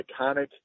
iconic